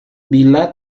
bila